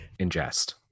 ingest